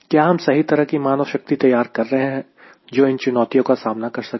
क्या हम सही तरह की मानव शक्ति तैयार कर रहे हैं जो इन चुनौतियों का सामना कर सके